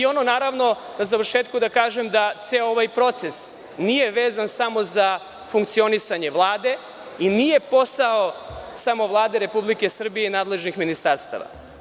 Naravno, na završetku da kažem da ceo ovaj proces nije vezan samo za funkcionisanje Vlade i nije posao samo Vlade Republike Srbije i nadležnih ministarstava.